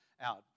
out